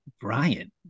Brian